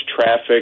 traffic